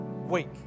week